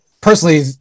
Personally